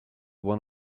one